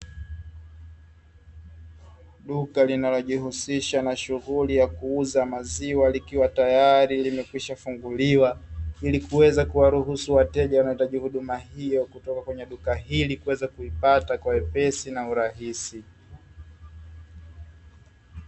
Duka linalojihusisha na shughuli ya kuuza maziwa likiwa tayari limekwisha funguliwa. Ili kuweza kuwaruhusu wateja wanayohitaji huduma hiyo kutoka kwenye duka hili, kuweza kuipata kwa wepesi na urahisi.